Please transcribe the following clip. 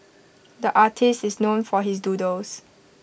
the artist is known for his doodles